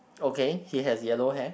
okay he has yellow hair